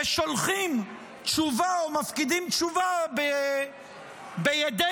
ושולחים תשובה או מפקידים תשובה בידי